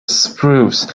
spruce